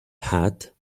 hat